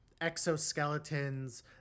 exoskeletons